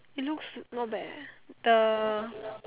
it looks not bad the